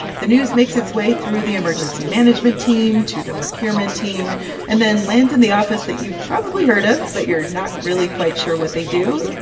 the news makes its way through the emergency management team to the procurement team and then lands in the office that you've probably heard of but you're not really quite sure what they do,